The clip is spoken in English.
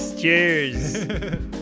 Cheers